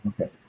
Okay